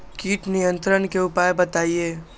किट नियंत्रण के उपाय बतइयो?